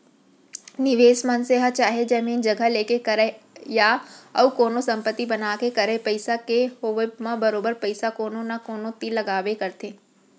निवेस मनसे ह चाहे जमीन जघा लेके करय या अउ कोनो संपत्ति बना के करय पइसा के होवब म बरोबर पइसा कोनो न कोनो तीर लगाबे करथे